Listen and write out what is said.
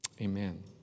Amen